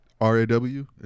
R-A-W